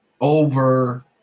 over